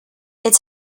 its